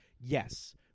Yes